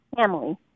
family